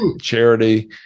charity